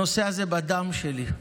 הנושא הזה בדם שלי,